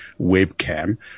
webcam